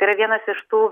yra vienas iš tų